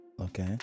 Okay